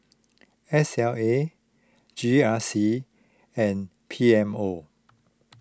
S L A G R C and P M O